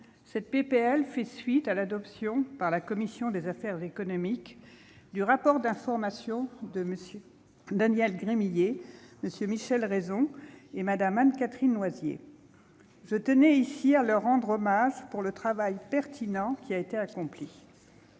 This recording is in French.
de loi fait suite à l'adoption par la commission des affaires économiques du rapport d'information de MM. Daniel Gremillet, Michel Raison et Mme Anne-Catherine Loisier. Je tiens en cet instant à leur rendre hommage pour le travail pertinent accompli.